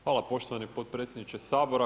Hvala poštovani potpredsjedniče Sabora.